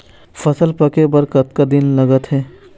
फसल पक्के बर कतना दिन लागत हे?